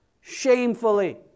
shamefully